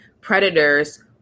predators